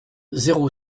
zéro